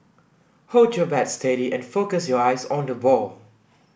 hold your bat steady and focus your eyes on the ball